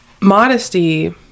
modesty